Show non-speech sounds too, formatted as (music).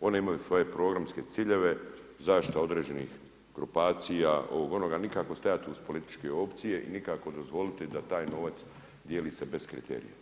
one imaju svoje programske ciljeve, zaštita određenih grupacija, ovog, onoga a nikako … (unintelligible) političke opcije i nikako dozvoliti da taj novac dijeli se bez kriterija.